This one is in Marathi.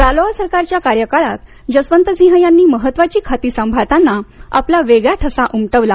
रालोआ सरकारच्या कार्यकाळात जसवंतसिंह यांनी महत्वाची खाती सांभाळतांना आपला वेगळा ठसा उमटवला